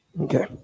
Okay